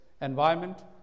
environment